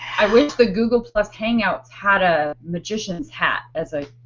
i wish the google hangout had a magician's hat as a.